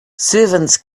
servants